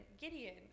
Gideon